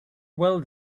well